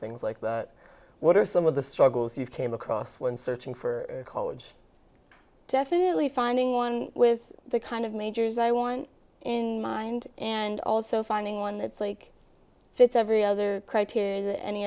things like that what are some of the struggles you came across when searching for college definitely finding one with the kind of majors i want in mind and also finding one that's like fits every other criteria that an